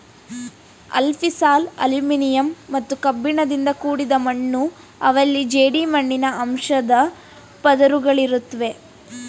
alfisol aluminium ಮತ್ತು ಕಬ್ಬಿಣದಿಂದ ಕೂಡಿದ ಮಣ್ಣು ಅವಲ್ಲಿ ಜೇಡಿಮಣ್ಣಿನ ಅಂಶದ್ ಪದರುಗಳಿರುತ್ವೆ